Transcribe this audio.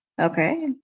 Okay